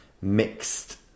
mixed